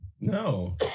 No